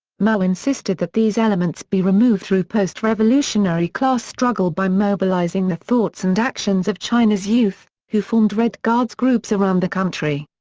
mao insisted that these elements be removed through post-revolutionary class struggle by mobilizing the thoughts and actions of china's youth, who formed red guards groups around the country.